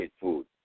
food